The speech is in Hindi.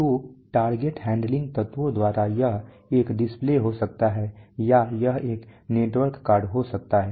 तो टारगेट हैंडलिंग तत्वों द्वारा यह एक डिस्प्ले हो सकता है या यह एक नेटवर्क कार्ड हो सकता है